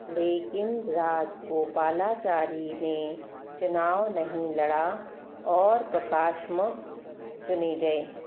लेकिन राजगोपालाचारी ने चुनाव नहीं लड़ा और प्रकाश्म चुने गए